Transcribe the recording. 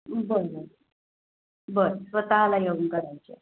बरं बरं स्वतःला येऊन करायची आहे